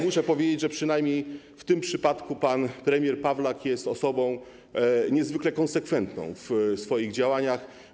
Muszę powiedzieć, że przynajmniej w tym przypadku pan premier Pawlak jest osobą niezwykle konsekwentną w swoich działaniach.